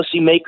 policymakers